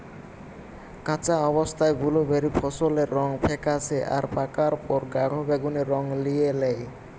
কাঁচা অবস্থায় বুলুবেরি ফলের রং ফেকাশে আর পাকার পর গাঢ় বেগুনী রং লিয়ে ল্যায়